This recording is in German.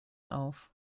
auf